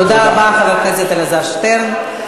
תודה רבה, חבר הכנסת אלעזר שטרן.